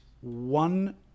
one